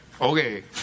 Okay